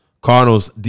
Cardinals